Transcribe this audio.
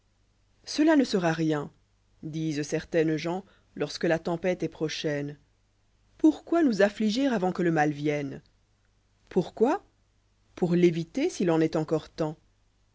vjela ne sera rien disent certaines gens lorsque la tempête est prochaine pourquoi nous affliger avant que le mai vienne pourquoi pour l'éviter s'il en est encor temps